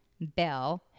Bell